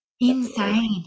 insane